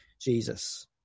Jesus